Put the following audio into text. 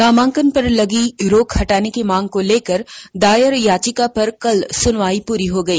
नामांकन पर लगी रोक हटाने की मांग को लेकर दायर याचिका पर कल सुनवाई पूरी हो गई